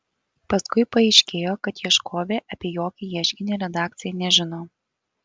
paskui paaiškėjo kad ieškovė apie jokį ieškinį redakcijai nežino